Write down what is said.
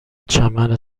چنین